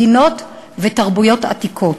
מדינות ותרבויות עתיקות.